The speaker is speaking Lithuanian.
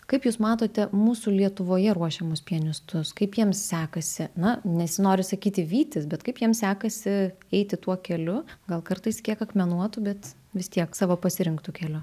kaip jūs matote mūsų lietuvoje ruošiamus pianistus kaip jiems sekasi na nesinori sakyti vytis bet kaip jiem sekasi eiti tuo keliu gal kartais kiek akmenuotu bet vis tiek savo pasirinktu keliu